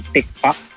TikTok